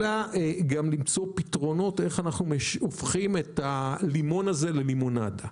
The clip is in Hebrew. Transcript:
אלא גם למצוא פתרונות איך אנחנו הופכים את הלימון הזה ללימונדה.